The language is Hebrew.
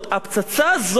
הפצצה הזאת